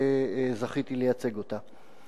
שזכיתי לייצג אותה.